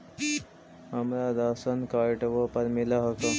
हमरा राशनकार्डवो पर मिल हको?